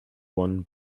one